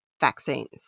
vaccines